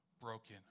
broken